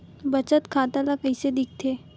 बचत खाता ला कइसे दिखथे?